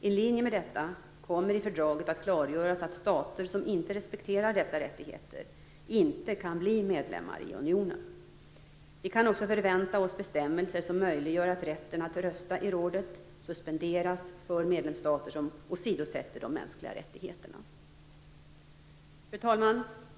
I linje med detta kommer det i fördraget att klargöras att stater som inte respekterar dessa rättigheter inte kan bli medlemmar i unionen. Vi kan också förvänta oss bestämmelser som möjliggör att rätten att rösta i rådet suspenderas för medlemsstater som åsidosätter de mänskliga rättigheterna. Fru talman!